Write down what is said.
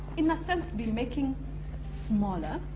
in a sense, be making smaller.